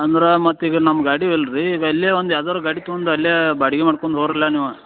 ಅಂದ್ರ ಮತ್ತೆ ಇದು ನಮ್ಮ ಗಾಡಿ ಇವೆಲ್ಲ ರೀ ವೆಲ್ಯೊ ಒಂದು ಯಾವ್ದಾರು ಗಾಡಿ ತಗೊಂಡು ಅಲ್ಯಾ ಬಾಡಿಗೆ ಮಾಡ್ಕೊಂದ್ ಹೋಗ್ರ್ಯಲ ನೀವು